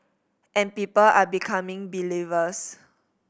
and people are becoming believers